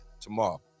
tomorrow